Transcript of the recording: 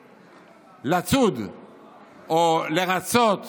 שהולכת לצוד או לרצות